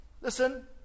listen